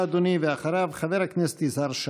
חבר הכנסת אורי מקלב,